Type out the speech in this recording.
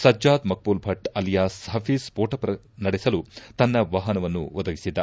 ಸಜ್ಲಾದ್ ಮಕ್ಸಲ್ ಭಚ್ ಅಲಿಯಾಸ್ ಹಫೀಜ್ ಸ್ವೋಟ ನಡೆಸಲು ತನ್ನ ವಾಹನವನ್ನು ಒದಗಿಸಿದ್ದ